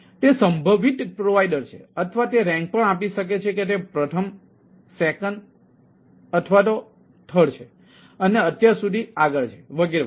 તેથી તે સંભવિત પ્રોવાઇડર છે અથવા તે રેન્ક પણ આપી શકે છે કે તે પ્રથમ સેકન્ડ છે અને અત્યાર સુધી આગળ છે વગેરે વગેરે